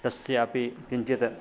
तस्यापि किञ्चित्